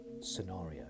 scenario